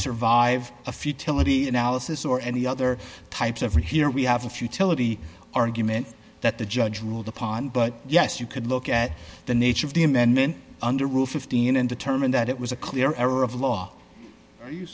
survive a futility analysis or any other types of are here we have a futility argument that the judge ruled upon but yes you could look at the nature of the amendment under rule fifteen and determine that it was a clear error of law are you